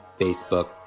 Facebook